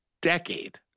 decade